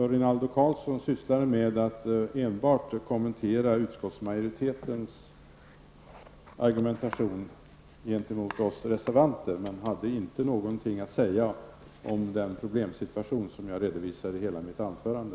Rinaldo Karlsson sysslade i sitt anförande enbart med att kommentera utskottsmajoritetens argumentation gentemot oss reservanter, men han hade inte någonting att säga om den problemsituation som jag redovisade i mitt anförande.